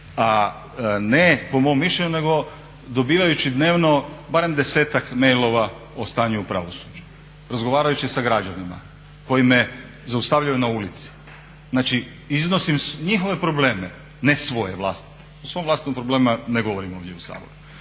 a ne po mom mišljenju nego dobivajući dnevno barem 10-ak mailova o stanju u pravosuđu, razgovarajući sa građanima koji me zaustavljaju na ulici. Znači iznosim njihove probleme ne svoje vlastite. O svojim vlastitim problemima ne govorim ovdje u Saboru.